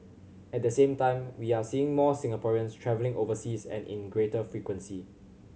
at the same time we are seeing more Singaporeans travelling overseas and in greater frequency